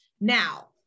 Now